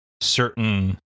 certain